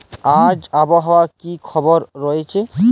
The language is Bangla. আজ আবহাওয়ার কি খবর রয়েছে?